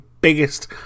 biggest